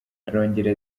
arongera